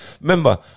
Remember